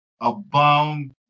abound